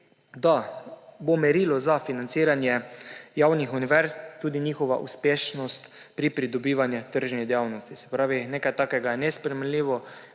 da bo merilo za financiranje javnih univerz tudi njihova uspešnost pri pridobivanju tržnih dejavnosti. Nekaj takega je nesprejemljivo.